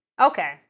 Okay